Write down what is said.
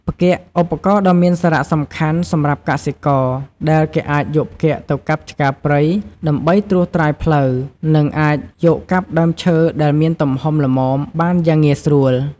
ផ្គាក់ ឧបករណ៍ដ៏មានសារៈសំខាន់សម្រាប់កសិករ ដែលគេអាចយកផ្គាក់ទៅកាប់ឆ្ការព្រៃដើម្បីត្រួយត្រាយផ្លូវដើរ និងអាចយកកាប់ឈើដែលមានទំហំល្មមបានយ៉ាងងាយស្រួល។